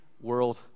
world